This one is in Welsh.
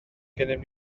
gennym